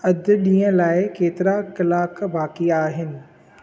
अधु ॾींहं लाइ केतिरा कलाक बाक़ी आहिनि